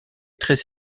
très